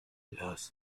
las